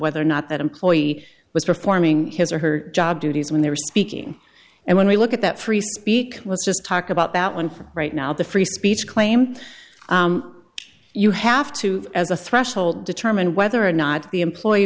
whether or not that employee was performing his or her job duties when they were speaking and when we look at that three speak was just talk about that one for right now the free speech claim you have to as a threshold determine whether or not the employee